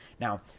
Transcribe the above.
Now